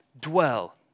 dwell